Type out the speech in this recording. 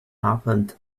happened